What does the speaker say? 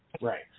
Right